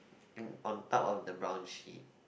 in on top of the brown sheet